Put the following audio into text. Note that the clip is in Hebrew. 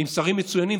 עם שרים מצוינים,